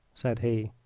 said he.